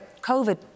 COVID